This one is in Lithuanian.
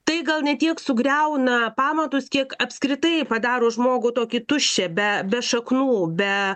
tai gal ne tiek sugriauna pamatus kiek apskritai padaro žmogų tokį tuščią be be šaknų be